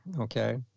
okay